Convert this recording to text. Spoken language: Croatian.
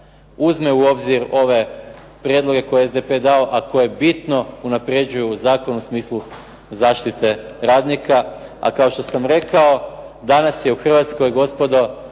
uzme u obzir ove prijedloge koje je SDP dao a koji bitno unapređuju zakon u smislu zaštite radnika. A kao što sam rekao danas je u Hrvatskoj gospodo